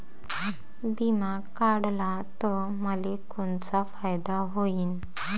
बिमा काढला त मले कोनचा फायदा होईन?